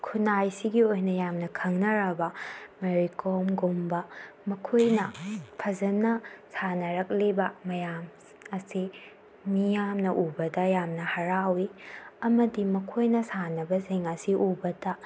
ꯈꯨꯟꯅꯥꯏ ꯑꯁꯤꯒꯤ ꯑꯣꯏꯅ ꯌꯥꯝꯅ ꯈꯪꯅꯔꯕ ꯃꯦꯔꯤ ꯀꯣꯝꯒꯨꯝꯕ ꯃꯈꯣꯏꯅ ꯐꯖꯅ ꯁꯥꯟꯅꯔꯛꯂꯤꯕ ꯃꯌꯥꯝ ꯑꯁꯤ ꯃꯤꯌꯥꯝꯅ ꯎꯕꯗ ꯌꯥꯝꯅ ꯍꯔꯥꯎꯋꯤ ꯑꯃꯗꯤ ꯃꯈꯣꯏꯅ ꯁꯥꯟꯅꯕꯁꯤꯡ ꯑꯁꯤ ꯎꯕꯗ